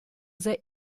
sehr